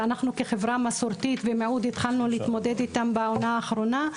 כי אנחנו כחברה מסורתית מאוד התחלנו להתמודד איתם לאחרונה.